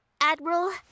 Admiral